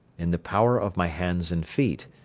in the power of my hands and feet,